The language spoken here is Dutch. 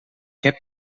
heb